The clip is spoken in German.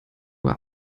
uhr